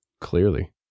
clearly